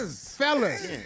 fellas